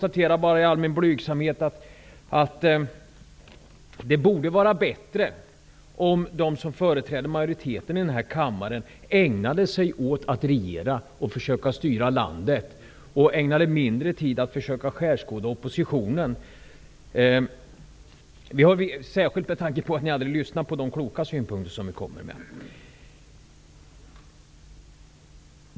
I all min blygsamhet konstaterar jag att det vore bättre om de som företräder majoriteten i den här kammaren ägnade sig mer åt att regera och försöka styra landet och mindre åt att försöka skärskåda oppositionen. Jag säger detta särskilt av den anledningen att ni aldrig lyssnar på de kloka synpunkter som vi kommer med.